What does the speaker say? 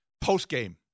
post-game